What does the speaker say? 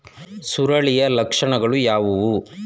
ಸುರುಳಿಯ ಲಕ್ಷಣಗಳು ಯಾವುವು?